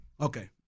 Okay